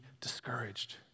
discouraged